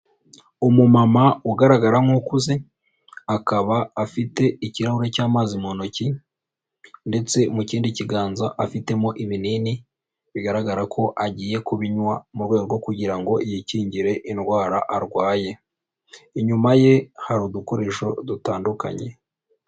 Umumama ugaragara nk'ukuze, akaba afite ikirahure cy'amazi mu ntoki ndetse mu kindi kiganza afitemo ibinini bigaragara ko agiye kubinywa mu rwego kugira ngo yikingire indwara arwaye, inyuma ye hari udukoresho dutandukanye.